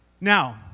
Now